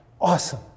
Awesome